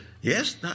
yes